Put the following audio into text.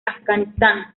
afganistán